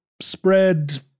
spread